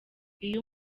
iyo